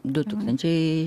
du tūkstančiai